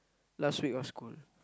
last week of school